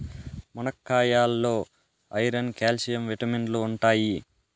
మునక్కాయాల్లో iron, calcium విటమిన్లు ఉంటాయి